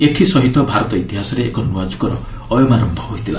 ଏଥିସହିତ ଭାରତ ଇତିହାସରେ ଏକ ନୂଆ ଯୁଗର ଅୟମାରମ୍ଭ ହୋଇଥିଲା